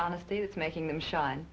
honesty is making them shine